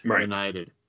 United